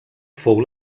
fou